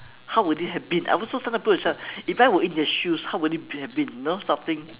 how would it have been I also sometimes put myself if I were in their shoes how would it have been you know something